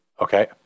Okay